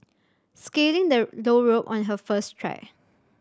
scaling the low rope on her first try